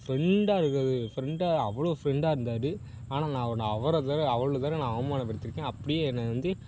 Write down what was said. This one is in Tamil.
ஃப்ரெண்டாக ஃப்ரெண்டாக அவ்வளோ ஃப்ரெண்டாக இருந்தார் ஆனால் நான் அவ்வளோ பேரை அவ்வளோ பேரை நான் அவமானப்படுத்திருக்கேன் அப்படியே என்னை வந்து